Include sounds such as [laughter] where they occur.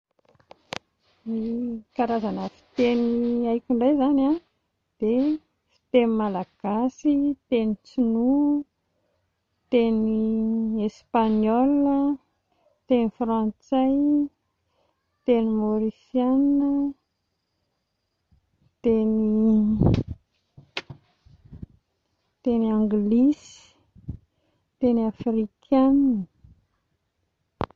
[noise] Ny karazana fiteny haiko ndray zany a dia fiteny malagasy, tenin-tsinoa, teny [hesitation] espagnol, teny frantsay, teny maorisiana, teny [hesitation] [noise] teny anglisy, teny afrikanina [noise]